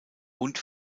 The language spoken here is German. und